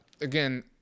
again